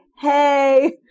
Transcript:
Hey